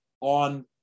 on